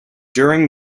during